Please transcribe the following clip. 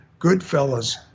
Goodfellas